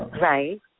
Right